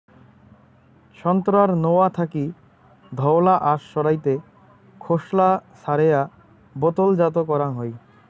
সোন্তোরার নোয়া থাকি ধওলা আশ সারাইতে খোসলা ছারেয়া বোতলজাত করাং হই